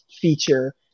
feature